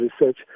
research